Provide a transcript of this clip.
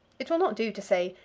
it will not do to say,